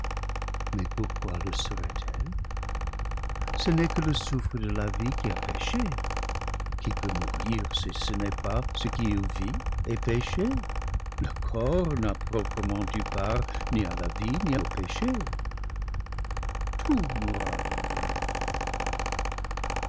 mais pourquoi le serait-elle ce n'est que le souffle de la vie qui a péché qui peut mourir si ce n'est ce qui eut vie et péché le corps n'a proprement eu part ni à la vie ni au péché tout mourra donc de moi